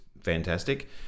fantastic